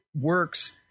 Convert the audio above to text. works